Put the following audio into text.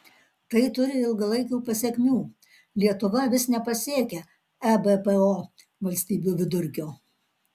tai turi ilgalaikių pasekmių lietuva vis nepasiekia ebpo valstybių vidurkio